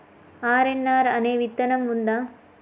RNR అనే విత్తనం ఉందా?